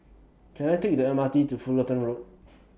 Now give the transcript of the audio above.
Can I Take The M R T to Fullerton Road